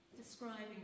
Describing